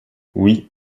oui